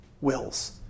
wills